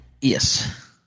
Yes